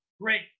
Great